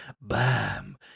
bam